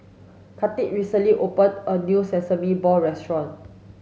Kathi recently opened a new sesame balls restaurant